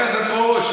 חבר הכנסת פרוש,